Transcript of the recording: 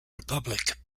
republic